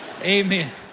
Amen